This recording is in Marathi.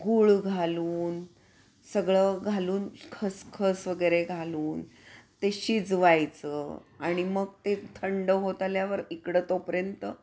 गूळ घालून सगळं घालून खसखस वगैरे घालून ते शिजवायचं आणि मग ते थंड होत आल्यावर इकडं तोपर्यंत